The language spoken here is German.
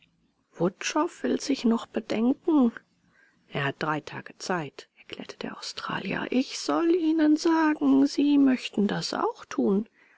wutschow will sich noch bedenken er hat drei tage zeit erklärte der australier ich soll ihnen sagen sie möchten das auch tun